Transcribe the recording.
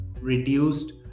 reduced